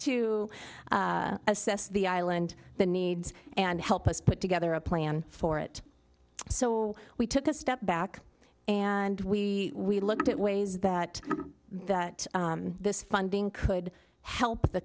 to assess the island the needs and help us put together a plan for it so we took a step back and we looked at ways that that this funding could help the